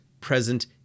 present